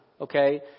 okay